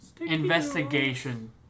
investigation